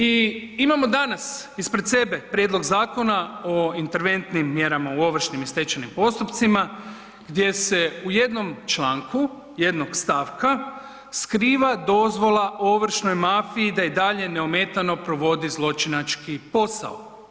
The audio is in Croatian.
I imamo danas ispred sebe Prijedlog zakona o interventnim mjerama u ovršnim i stečajnim postupcima gdje se u jednom članku jednog stavka skriva dozvola ovršnoj mafiji da i dalje neometano provodi zločinački posao.